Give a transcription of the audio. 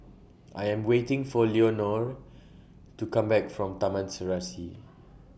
I Am waiting For Leonore to Come Back from Taman Serasi